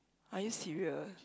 are you serious